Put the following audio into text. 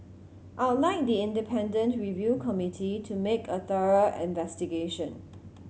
I'll like the independent review committee to make a thorough investigation